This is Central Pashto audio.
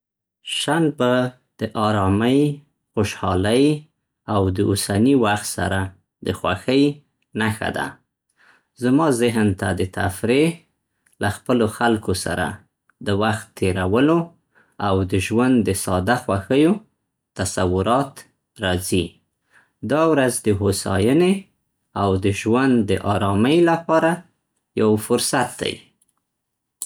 شنبه د آرامۍ، خوشحالۍ او د اوسني وخت سره د خوښۍ نښه ده. زما ذهن ته د تفریح، له خپلو خلکو سره د وخت تېرولو او د ژوند د ساده خوښیو تصورات راځي. دا ورځ د هوساینې او د ژوند د آرامۍ لپاره یو فرصت دی.